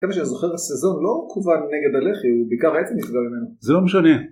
זה מה שאני זוכר, הסזון לא כוון נגד הלח"י, הוא בעיקר האצ"ל נפגע ממנו. זה לא משנה.